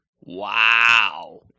wow